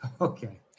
okay